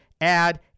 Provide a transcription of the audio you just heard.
add